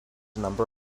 number